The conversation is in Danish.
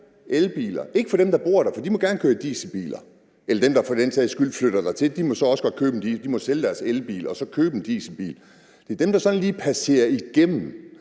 gælder ikke for dem, der bor der, for de må gerne køre i dieselbiler, eller for den sags skyld for dem, der flytter dertil. De må sælge deres elbil og så købe en dieselbil. Det er for dem, der sådan lige passerer igennem.